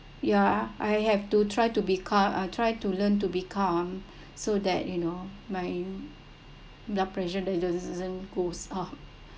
ya I have to try to be calm uh try to learn to be calm so that you know my blood pressure that doesn't goes up